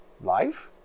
Life